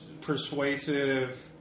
persuasive